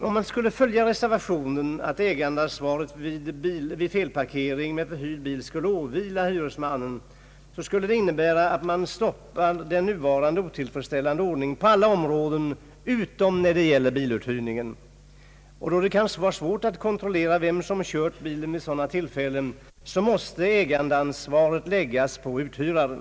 Om man skulle följa reservationen, som går ut på att ägaransvaret vid felparkering av förhyrd bil skulle åvila hyresmannen, skulle detta innebära att man stoppar den nuvarande otillfredsställande ordningen på alla områden utom när det gäller biluthyrning. Då det kan vara svårt att kontrollera vem som kört bilen vid sådana tillfällen, måste ägandeansvaret läggas på uthyraren.